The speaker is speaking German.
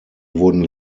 wurden